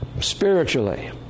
spiritually